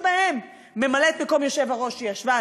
שבהם ממלאת-מקום היושב-ראש שישבה,